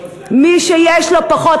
מי שיש לו פחות,